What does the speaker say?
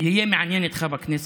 יהיה מעניין איתך בכנסת,